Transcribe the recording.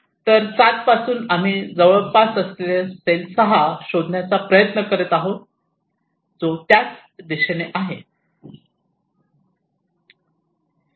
तर 7 पासून आम्ही जवळपास असलेला सेल 6 शोधण्याचा प्रयत्न करीत आहोत जो त्याच दिशेने आहे